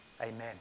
amen